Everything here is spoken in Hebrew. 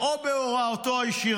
או בהוראתו הישירה,